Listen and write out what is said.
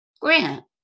Grant